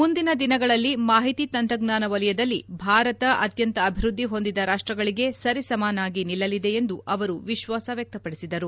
ಮುಂದಿನ ದಿನಗಳಲ್ಲಿ ಮಾಹಿತಿ ತಂತ್ರಜ್ಞಾನ ವಲಯದಲ್ಲಿ ಭಾರತ ಅತ್ಯಂತ ಅಭಿವೃದ್ದಿ ಹೊಂದಿದ ರಾಷ್ಲಗಳಿಗೆ ಸರಿಸಮಾನಾಗಿ ನಿಲ್ಲಲಿದೆ ಎಂದು ಅವರು ವಿಶ್ವಾಸ ವ್ಯಕ್ತಪಡಿಸಿದರು